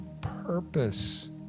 purpose